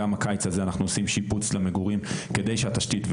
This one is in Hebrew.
גם הקיץ הזה אנחנו עושים שיפוץ למגורים כדי שהתשתית,